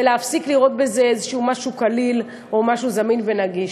ולהפסיק לראות בה איזה משהו קליל או משהו זמין ונגיש.